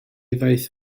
ddaeth